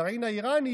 של הגרעין האיראני,